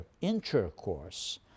intercourse